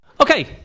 Okay